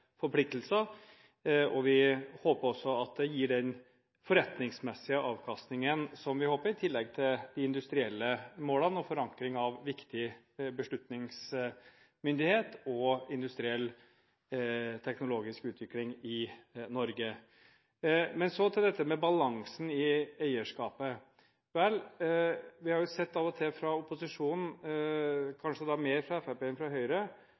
forpliktelser. Vi håper også at det gir den forretningsmessige avkastningen som vi håper, i tillegg til de industrielle målene og forankring av viktig beslutningsmyndighet og industriell teknologisk utvikling i Norge. Så til dette med balansen i eierskapet. Vi har av og til fra opposisjonen – kanskje mer fra Fremskrittspartiet enn fra Høyre